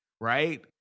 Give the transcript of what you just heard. right